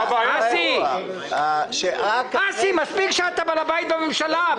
--- אסי, מספיק שאתה בעל הבית בממשלה.